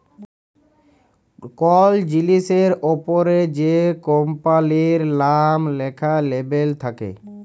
call জিলিসের অপরে যে কম্পালির লাম ল্যাখা লেবেল থাক্যে